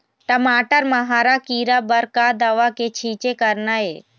टमाटर म हरा किरा बर का दवा के छींचे करना ये?